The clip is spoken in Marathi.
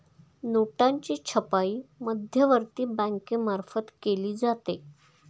नोटांची छपाई मध्यवर्ती बँकेमार्फत केली जाते